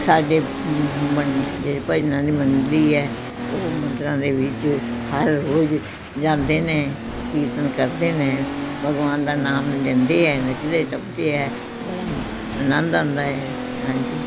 ਸਾਡੇ ਮੰਡ ਇਹ ਭਜਨਾਂ ਦੀ ਮੰਡਲੀ ਹੈ ਉਹ ਮੰਦਰਾਂ ਦੇ ਵਿੱਚ ਹਰ ਰੋਜ਼ ਜਾਂਦੇ ਨੇ ਕੀਰਤਨ ਕਰਦੇ ਨੇ ਭਗਵਾਨ ਦਾ ਨਾਮ ਲੈਂਦੇ ਹੈ ਨੱਚਦੇ ਟੱਪਦੇ ਹੈ ਬੜਾ ਆਨੰਦ ਆਉਂਦਾ ਹੈ ਹਾਂਜੀ